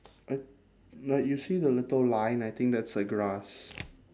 I like you see the little line I think that's the grass